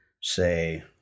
say